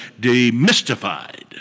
demystified